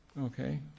Okay